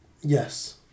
Yes